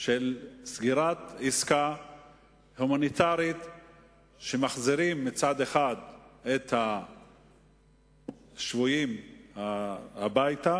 של סגירת עסקה הומניטרית שמחזירים מצד אחד את השבויים הביתה